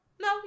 No